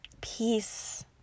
peace